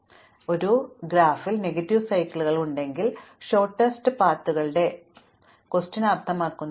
അതിനാൽ എനിക്ക് ഒരു ഗ്രാഫിൽ നെഗറ്റീവ് സൈക്കിളുകൾ ഉണ്ടെങ്കിൽ ഹ്രസ്വമായ പാതയുടെ ചോദ്യം പോലും അർത്ഥമാക്കുന്നില്ല